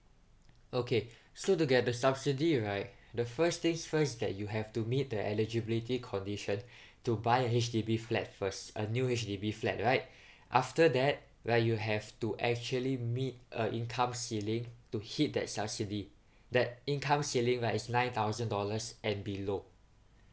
okay so to get the subsidy right the first things first that you have to meet the eligibility condition to buy a H_D_B flat first a new H_D_B flat right after that where you have to actually meet a income ceiling to hit that subsidy that income ceiling right is nine thousand dollars and below